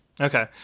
Okay